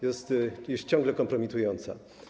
Jest ona ciągle kompromitująca.